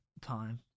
time